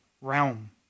realm